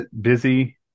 Busy